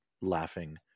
laughing